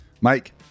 Mike